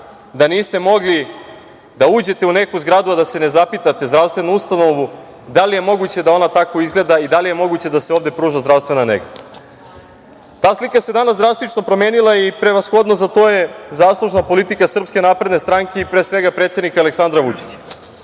da niste mogli da uđete u neku zgradu, a da se ne zapitate, zdravstvenu ustanovu – da li je moguće da ona tako izgleda i da li je moguće da se ovde pruža zdravstvena nega? Ta slika se danas drastično promenila i prevashodno za to je zaslužna politika SNS i pre svega predsednika Aleksandra Vučića.